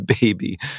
baby